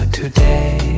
today